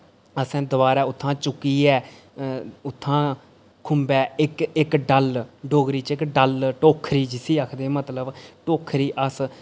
असें दोबारा उत्थूं चुक्कियै उत्थूं खुम्बै इक इक डल्ल डोगरी च इक डल्ल टोखरी जिस्सी आखदे मतलब टोखरी अस